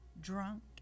Drunk